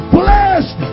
blessed